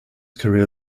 career